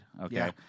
okay